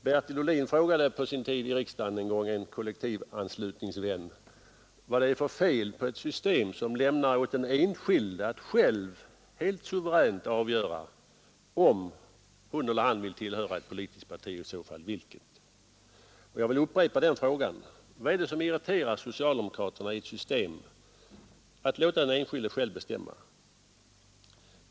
Bertil Ohlin frågade på sin tid i riksdagen en gång en kollektivanslutningsvän vad det är för fel på ett system som lämnar åt den enskilde att själv helt suveränt avgöra om hon eller han vill tillhöra ett politiskt parti och i så fall vilket. Jag vill upprepa den frågan: Vad är det som irriterar socialdemokraterna i ett system som låter den enskilde själv bestämma?